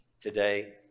today